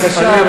בבקשה,